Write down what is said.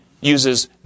uses